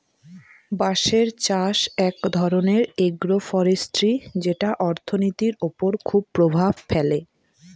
বাঁশের চাষ এক ধরনের এগ্রো ফরেষ্ট্রী যেটা অর্থনীতির ওপর খুব প্রভাব ফেলে